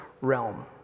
realm